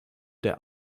der